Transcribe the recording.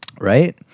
right